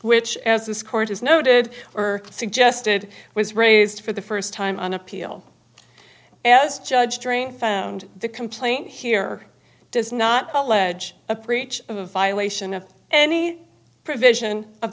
which as this court has noted are suggested was raised for the st time on appeal as judge drain found the complaint here does not allege a preach a violation of any provision of